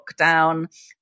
lockdown